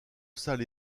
salle